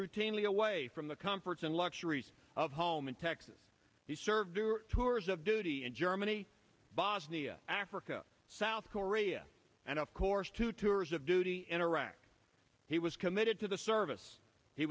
routinely away from the comforts and luxuries of home in texas he served two tours of duty in germany bosnia africa south korea and of course two tours of duty in iraq he was committed to the service he